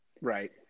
Right